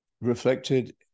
reflected